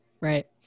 Right